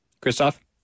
Christoph